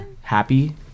Happy